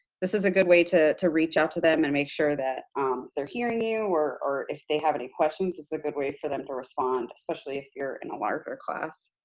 this is a good way to to reach out to them and make sure that they're hearing you, or or if they have any questions, this is a good way for them to respond, especially if you're in a larger class.